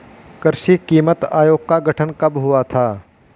कृषि कीमत आयोग का गठन कब हुआ था?